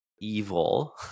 evil